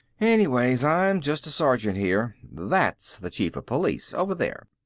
anyways, i'm just the sergeant here. that's the chief of police over there.